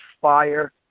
fire